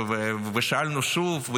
ושאלנו שוב,